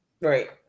right